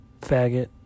faggot